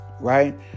right